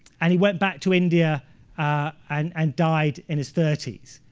and he went back to india and and died in his thirty s,